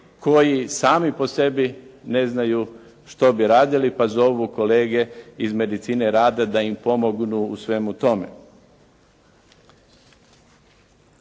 koji sami po sebi ne znaju što bi radili pa zovu kolege iz medicine rada da im pomognu u svemu tome.